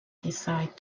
decide